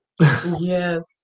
Yes